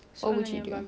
what would you do